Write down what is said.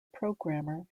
programmer